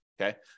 okay